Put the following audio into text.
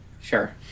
Sure